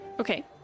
Okay